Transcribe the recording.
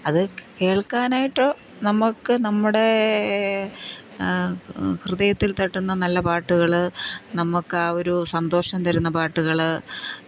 അത് കേൾക്കാനായിട്ട് നമുക്ക് നമ്മുടെ ഹൃദയത്തിൽ തട്ടുന്ന നല്ല പാട്ടുകൾ നമുക്ക് ആ ഒരു സന്തോഷം തരുന്ന പാട്ടുകൾ